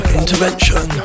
intervention